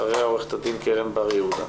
אחריה עורכת הדין קרן בר יהודה.